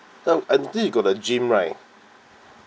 I think you got the gym right